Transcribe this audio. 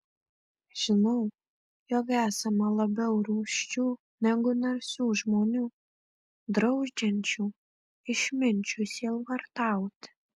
žinau jog esama labiau rūsčių negu narsių žmonių draudžiančių išminčiui sielvartauti